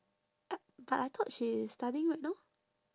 uh but I thought she is studying right now